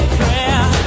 prayer